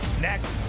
next